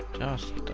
just